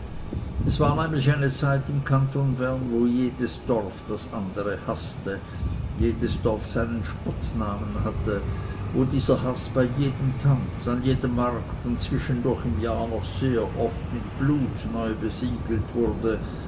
es war nämlich eine zeit im kanton bern wo jedes dorf das andere haßte jedes dorf seinen spottnamen hatte wo dieser haß bei jedem tanz an jedem markte und zwischendurch im jahr noch sehr oft mit blut neu besiegelt wurde